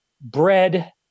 bread